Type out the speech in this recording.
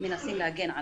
מנסים להגן עליו,